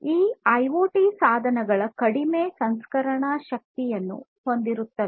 ಈ ಐಒಟಿ ಸಾಧನಗಳು ಕಡಿಮೆ ಸಂಸ್ಕರಣಾ ಶಕ್ತಿಯನ್ನು ಹೊಂದಿರುತ್ತವೆ